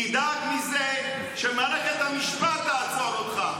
תדאג מזה שמערכת המשפט תעצור אותך.